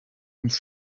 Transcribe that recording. and